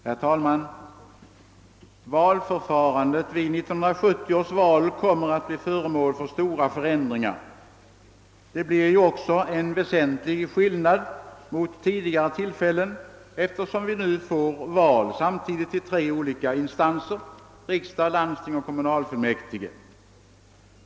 Herr talman! Valförfarandet kommer vid 1970 års val att bli föremål för stora förändringar. Skillnaden mellan detta och tidigare års val blir väsentlig, eftersom vi nu kommer att förrätta val till tre olika instanser samtidigt: riksdag, landsting och kommunalfullmäktige.